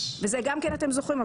וזה גם כן אתם זוכרים,